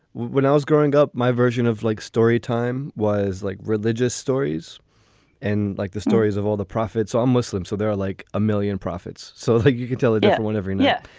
when i was growing up, my version of like story time was like religious stories and like the stories of all the prophets, all muslims. so there are like a million prophets. so you could tell a different one every. yeah.